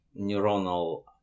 neuronal